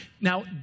now